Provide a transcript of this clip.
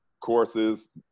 courses